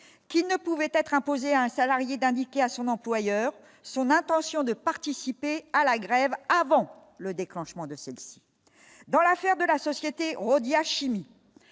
qu'il ne pouvait être imposée à un salarié d'indiquer à son employeur, son intention de participer à la grève avant le déclenchement de celle-ci dans l'affaire de la société Rhodia chimie,